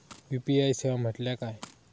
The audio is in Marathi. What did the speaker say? यू.पी.आय सेवा म्हटल्या काय?